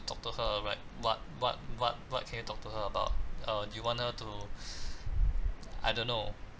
talk to her right what what what what can you talk to her about uh do you want her to I don't know